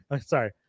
Sorry